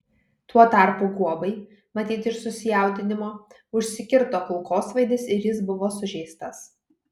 tuo tarpu guobai matyt iš susijaudinimo užsikirto kulkosvaidis ir jis buvo sužeistas